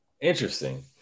Interesting